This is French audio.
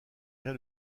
rien